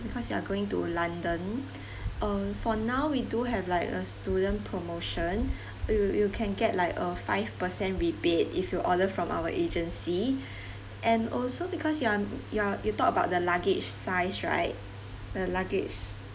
because you're going to london uh for now we do have like a student promotion you you can get like a five percent rebate if you order from our agency and also because you're you're you talk about the luggage size right the luggage